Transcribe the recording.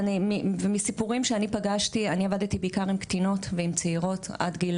אני עבדתי בעיקר עם קטינות ועם צעירות עד גיל